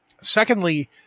Secondly